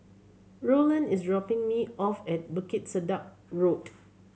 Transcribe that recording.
Roland is dropping me off at Bukit Sedap Road